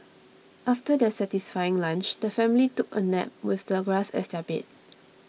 after their satisfying lunch the family took a nap with the grass as their bed